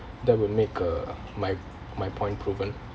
that would make uh my my point proven